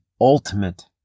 ultimate